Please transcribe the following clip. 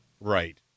Right